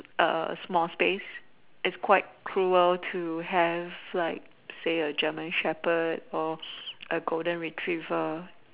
small space its quite cruel to have like say a German Shepherd or a golden retriever